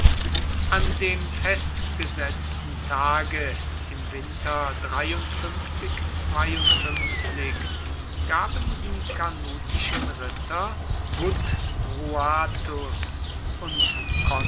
an dem festgesetzten tage im winter gaben die carnutischen ritter gutruatus und